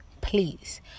please